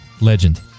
Legend